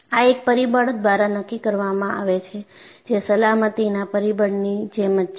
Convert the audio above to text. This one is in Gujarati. આ એક પરિબળ દ્વારા નક્કી કરવામાં આવે છે જે સલામતીના પરિબળની જેમ જ છે